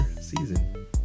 season